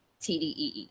TDEE